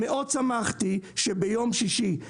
מאוד שמחתי שביום שישי,